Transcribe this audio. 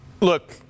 Look